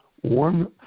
one